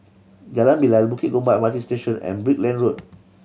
Jalan Bilal Bukit Gombak M R T Station and Brickland Road